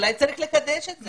אולי צריך לחדש את זה.